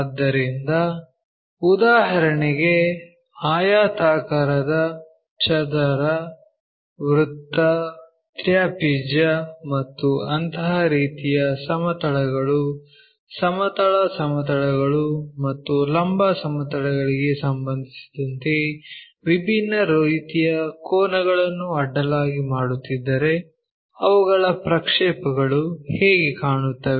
ಆದ್ದರಿಂದ ಉದಾಹರಣೆಗೆ ಆಯತಾಕಾರದ ಚದರ ವೃತ್ತ ತ್ರಾಪಿಜ್ಯ ಮತ್ತು ಅಂತಹ ರೀತಿಯ ಸಮತಲಗಳು ಸಮತಲ ಮತ್ತು ಲಂಬ ಸಮತಲಗಳಿಗೆ ಸಂಬಂಧಿಸಿದಂತೆ ವಿಭಿನ್ನ ರೀತಿಯ ಕೋನಗಳನ್ನು ಅಡ್ಡಲಾಗಿ ಮಾಡುತ್ತಿದ್ದರೆ ಅವುಗಳ ಪ್ರಕ್ಷೇಪಗಳು ಹೇಗೆ ಕಾಣುತ್ತವೆ